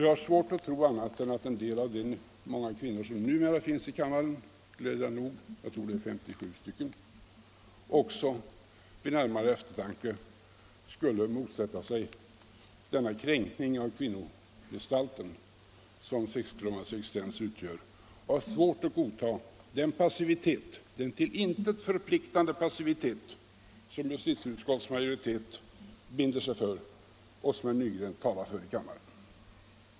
Jag har svårt att tro annat än att en del av de många kvinnor som numera finns i kammaren — de är glädjande nog 75 stycken — vid närmare eftertanke vill försvara den kränkning av kvinnogestalten som sexklubbarnas existens utgör och att de har svårt att godta den till intet förpliktande passivitet som justitieutskottets majoritet binder sig för och som herr Nygren talar för i kammaren.